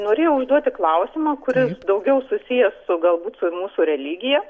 norėjau užduoti klausimą kuris daugiau susijęs su galbūt su mūsų religija